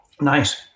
nice